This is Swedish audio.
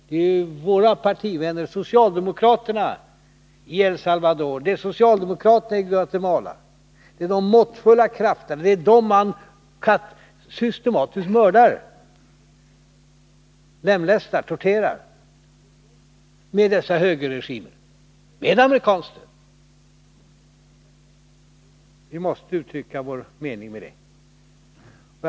Det är våra partivänner, socialdemokraterna i El Salvador och Guatemala — de måttfulla krafterna — som man systematiskt mördar, lemlästar och torterar med dessa högerregimer och med amerikansk hjälp. Vi måste uttrycka vår mening om detta.